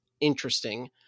interesting